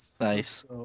nice